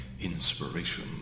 inspiration